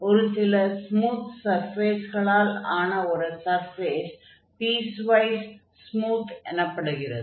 ஒரு சில ஸ்மூத் சர்ஃபேஸ்களால் ஆன ஒரு சர்ஃபேஸ் பீஸ்வைஸ் ஸ்மூத் எனப்படுகிறது